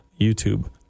YouTube